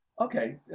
Okay